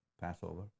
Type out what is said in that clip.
Passover